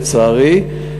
לצערי.